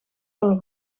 color